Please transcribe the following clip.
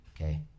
okay